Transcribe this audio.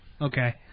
Okay